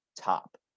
top